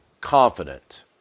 confident